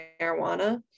marijuana